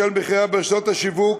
בשל מחירה ברשתות השיווק,